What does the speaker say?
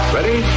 Ready